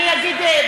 אני אגיד,